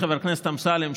חבר הכנסת אמסלם,